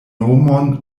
nomon